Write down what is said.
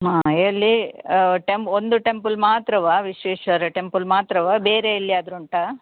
ಹಾಂ ಎಲ್ಲಿ ಟೆಂಪ್ ಒಂದು ಟೆಂಪಲ್ ಮಾತ್ರ ವಿಶ್ವೇಶ್ವರ ಟೆಂಪಲ್ ಮಾತ್ರ ಬೇರೆ ಎಲ್ಲಿಯಾದ್ರು ಉಂಟಾ